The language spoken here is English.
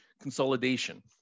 consolidation